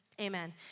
Amen